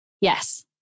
Yes